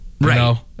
Right